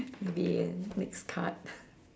maybe ya next card